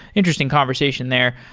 interesting conversation there.